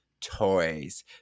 toys